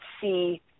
see